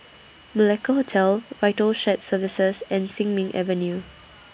Malacca Hotel Vital Shared Services and Sin Ming Avenue